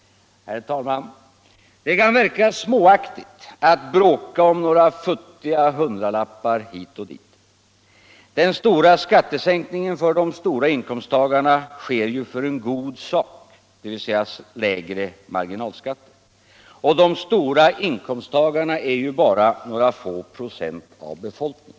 Herr talman! Det kan verka småaktigt att bråka om några futtiga hundralappar hit och dit. Den stora skattesänkningen för de stora inkomsttagarna sker ju för en god sak, dvs. lägre marginalskatter, och de stora inkomsttagarna är bara några få procent av befolkningen.